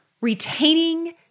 retaining